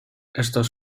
estos